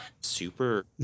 Super